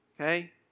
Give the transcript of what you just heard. okay